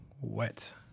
wet